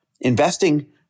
Investing